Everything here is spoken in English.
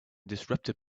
disrupted